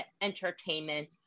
entertainment